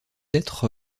être